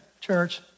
church